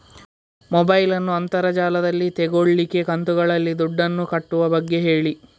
mobile ನ್ನು ಅಂತರ್ ಜಾಲದಲ್ಲಿ ತೆಗೋಲಿಕ್ಕೆ ಕಂತುಗಳಲ್ಲಿ ದುಡ್ಡನ್ನು ಕಟ್ಟುವ ಬಗ್ಗೆ ಹೇಳಿ